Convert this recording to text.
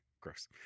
Gross